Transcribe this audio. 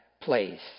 place